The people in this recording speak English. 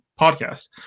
podcast